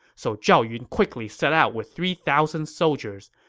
so zhao yun quickly set out with three thousand soldiers.